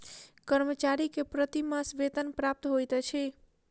कर्मचारी के प्रति मास वेतन प्राप्त होइत अछि